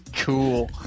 Cool